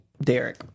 Derek